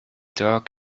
dog